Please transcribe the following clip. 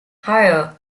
higher